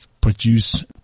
produce